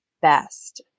best